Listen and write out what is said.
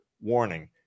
warning